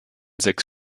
sechs